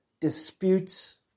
disputes